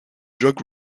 drug